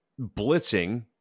blitzing